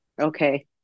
Okay